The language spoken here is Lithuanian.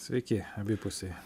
sveiki abipusiai